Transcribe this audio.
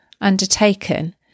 undertaken